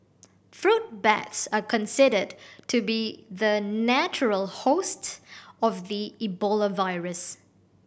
fruit bats are considered to be the natural host of the Ebola virus